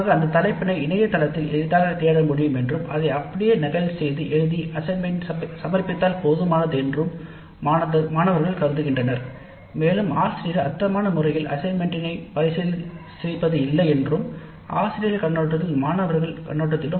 மற்றும் இதை இணையதளத்திலிருந்து அப்படியே நகல் செய்து அசைன்மென்ட் முடித்துவிடலாம் என்றும் ஆசிரியர் அசைன்மென்ட் விதத்தில் பரிசீலிப்பது இல்லை என்றும் அசைன்மென்ட் நேரத்தை விரயம் செய்வது என்றும் மாணவர்கள் கருதுகின்றனர்